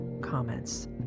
comments